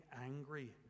angry